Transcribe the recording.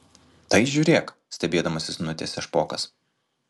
tai žiūrėk stebėdamasis nutęsia špokas